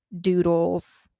doodles